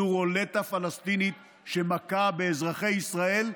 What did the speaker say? זו רולטה פלסטינית שמכה באזרחי ישראל,